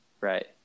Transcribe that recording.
right